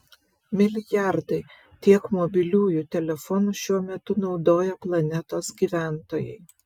milijardai tiek mobiliųjų telefonų šiuo metu naudoja planetos gyventojai